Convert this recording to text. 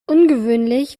ungewöhnlich